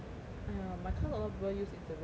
!aiya! my class a lot of people use instagram leh